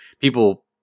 people